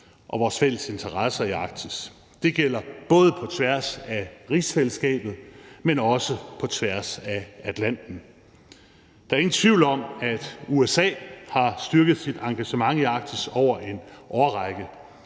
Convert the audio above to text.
og vores fælles interesser i Arktis. Det gælder både på tværs af rigsfællesskabet, men også på tværs af Atlanten. Der er ingen tvivl om, at USA har styrket sit engagement i Arktis over en årrække,